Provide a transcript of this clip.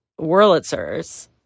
whirlitzers